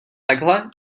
takhle